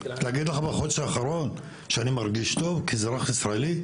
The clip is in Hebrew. להגיד לך שבחודש האחרון אני מרגיש טוב כאזרח ישראלי?